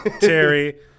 Terry